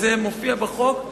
זה מופיע בחוק.